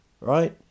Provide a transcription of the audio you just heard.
right